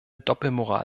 doppelmoral